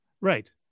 Right